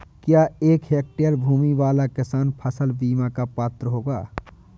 क्या एक हेक्टेयर भूमि वाला किसान फसल बीमा का पात्र होगा?